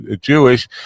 Jewish